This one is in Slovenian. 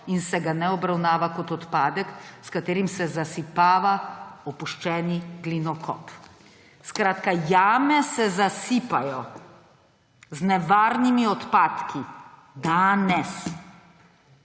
in se ga ne obravnava kot odpadek, s katerim se zasipava opuščeni glinokop. Skratka, jame se zasipajo z nevarnimi odpadki danes.